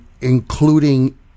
including